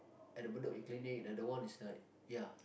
at the Bedok clinic the other one is like ya